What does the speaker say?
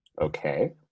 Okay